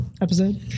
episode